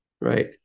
Right